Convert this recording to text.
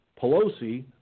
Pelosi